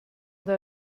der